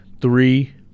three